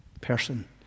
person